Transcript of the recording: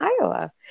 Iowa